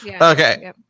okay